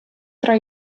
tra